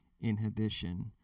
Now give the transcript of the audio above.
inhibition